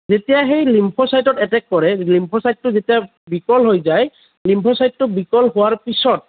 যেতিয়া সেই লিম্ফচাইটত এটেক কৰে লিম্ফচাইটটো যেতিয়া বিকল হৈ যায় লিম্ফচাইটটো বিকল হোৱাৰ পাছত